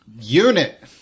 Unit